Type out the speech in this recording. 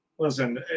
Listen